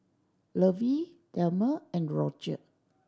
Lovey Delmer and Rodger